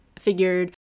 figured